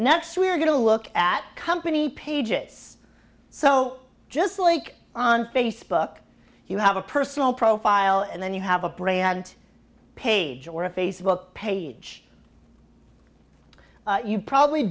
next we're going to look at company pages so just like on facebook you have a personal profile and then you have a brand page or a facebook page you probably